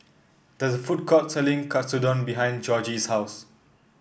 there is a food court selling Katsudon behind Georgie's house